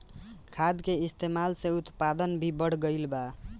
खाद के इस्तमाल से उत्पादन भी बढ़ गइल बा